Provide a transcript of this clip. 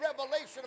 revelation